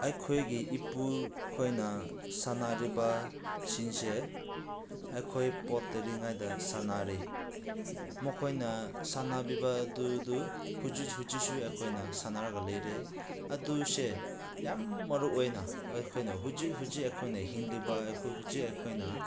ꯑꯩꯈꯣꯏꯒꯤ ꯏꯄꯨꯈꯣꯏꯅ ꯁꯥꯟꯅꯔꯤꯕꯁꯤꯡꯁꯦ ꯑꯩꯈꯣꯏ ꯄꯣꯛꯇ꯭ꯔꯤꯉꯩꯗ ꯁꯥꯟꯅꯔꯤ ꯃꯈꯣꯏꯅ ꯁꯥꯟꯅꯕꯤꯕ ꯑꯗꯨ ꯑꯗꯨ ꯍꯧꯖꯤꯛ ꯍꯧꯖꯤꯛꯁꯨ ꯑꯩꯈꯣꯏꯅ ꯁꯥꯟꯅꯔꯒ ꯂꯩꯔꯦ ꯑꯗꯨꯁꯦ ꯌꯥꯝ ꯃꯔꯨ ꯑꯣꯏꯅ ꯑꯩꯈꯣꯏꯅ ꯍꯧꯖꯤꯛ ꯍꯧꯖꯤꯛ ꯑꯩꯈꯣꯏꯅ ꯍꯤꯡꯂꯤꯕ ꯑꯩꯈꯣꯏ ꯍꯧꯖꯤꯛ ꯑꯩꯈꯣꯏꯅ